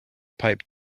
pipe